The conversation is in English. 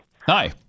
hi